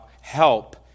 help